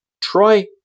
Try